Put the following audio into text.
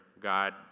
God